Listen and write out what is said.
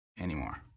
Anymore